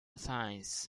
signs